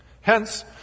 Hence